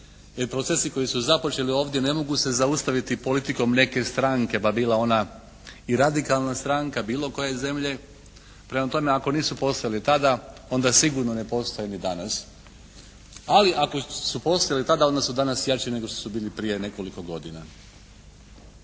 i procesi koji su započeli ovdje ne mogu se zaustaviti politikom neke stranke pa bila ona i radikalna stranka bilo koje zemlje. Prema tome, ako nisu postojali tada onda sigurno ne postoje ni danas. Ali ako su postojali tada onda su danas jači nego što su bili prije nekoliko godina.